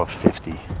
ah fifty?